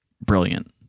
brilliant